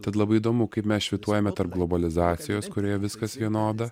tad labai įdomu kaip mes švytuojame tarp globalizacijos kurioje viskas vienoda